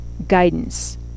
guidance